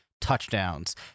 touchdowns